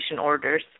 orders